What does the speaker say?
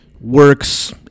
works